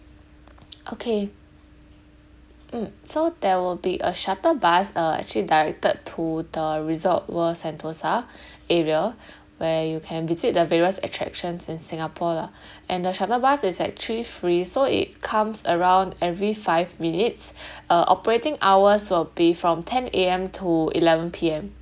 okay mm so there will be a shuttle bus uh actually directed to the resort world sentosa area where you can visit the various attractions in singapore lah and the shuttle bus is actuallly free so it comes around every five minutes uh operating hours will be from ten A_M to eleven P_M